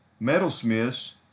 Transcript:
metalsmiths